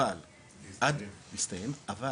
להסתיים, אבל